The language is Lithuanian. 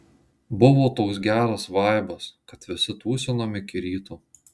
buvo toks geras vaibas kad visi tūsinom iki ryto